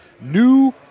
new